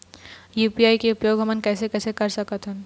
UPI के उपयोग हमन कैसे कैसे कर सकत हन?